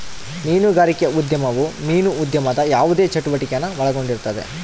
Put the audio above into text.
ಮೀನುಗಾರಿಕೆ ಉದ್ಯಮವು ಮೀನು ಉದ್ಯಮದ ಯಾವುದೇ ಚಟುವಟಿಕೆನ ಒಳಗೊಂಡಿರುತ್ತದೆ